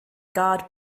guard